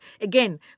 Again